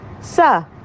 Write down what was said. Sir